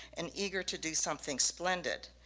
and eager to do something splendid.